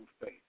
faith